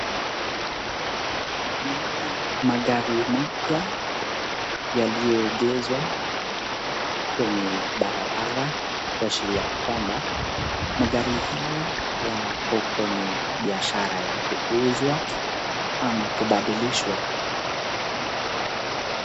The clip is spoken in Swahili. Naona magari mapya yaliyoegezwa kwenye barabara kuashiria kwamba magari haya yako kwenya biashara ya kuuzwa ama kubadilishwa